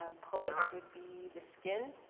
ah poets would be the skin.